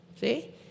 see